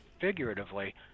figuratively